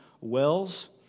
wells